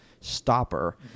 stopper